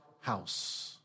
house